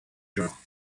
genre